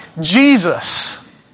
Jesus